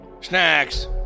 Snacks